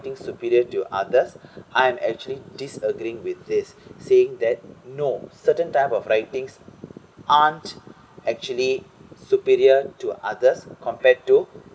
~ting superior to others I am actually disagreeing with this saying that no certain type of writing aren't actually superior to others compared to